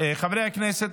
חברי הכנסת,